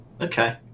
Okay